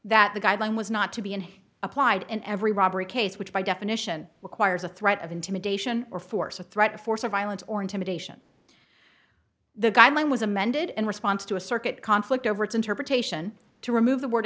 that the guideline was not to be applied in every robbery case which by definition requires a threat of intimidation or force or threat of force or violence or intimidation the guideline was amended in response to a circuit conflict over its interpretation to remove the word